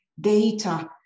data